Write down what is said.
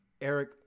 eric